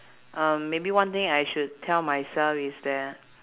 um maybe one thing I should tell myself is that